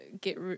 get